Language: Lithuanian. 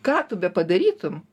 ką tu bepadarytum